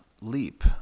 leap